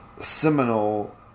seminal